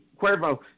Cuervo